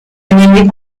enemy